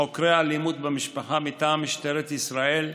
חוקרי אלימות במשפחה מטעם משטרת ישראל,